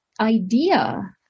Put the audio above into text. idea